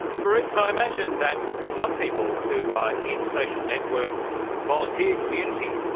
maurits, i imagine that some people who are in social networks, volunteer communities,